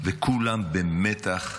וכולם במתח.